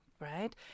right